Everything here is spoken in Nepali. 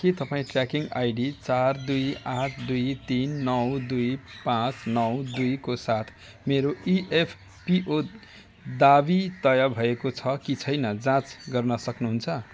के तपाईँँ ट्र्याकिङ आइडी चार दुई आठ दुई तिन नौ दुई पाँच नौ दुईको साथ मेरो इएफपिओ दावी तय भएको छ कि छैन जाँच गर्न सक्नुहुन्छ